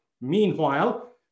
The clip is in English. Meanwhile